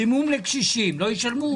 חימום לקשישים לא ישלמו?